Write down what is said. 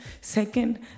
Second